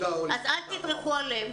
אז אל תדרכו עליהם.